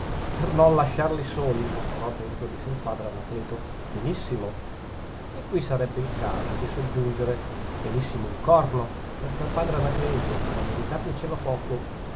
per non lasciarli soli mormorò dentro di sè il padre anacleto benissimo e qui sarebbe il caso di soggiungere benissimo un corno perchè al padre anacleto quella novità piaceva poco